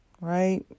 right